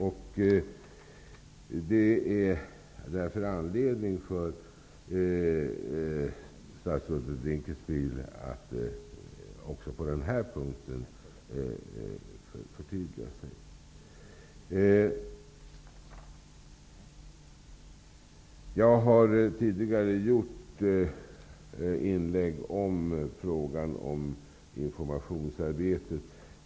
Därför finns det anledning för statsrådet Dinkelspiel att också på den här punkten förtydliga sig. Jag har i tidigare inlägg berört frågan om informationsarbetet.